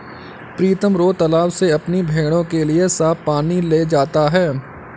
प्रीतम रोज तालाब से अपनी भेड़ों के लिए साफ पानी ले जाता है